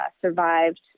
survived